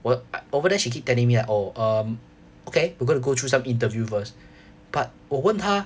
我 over there she keep telling me like oh um okay we're going to go through some interview first but 我问她